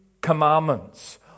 commandments